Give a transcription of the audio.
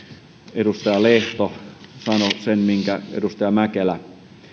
edustaja lehto sanoi sen ja edustaja mäkelä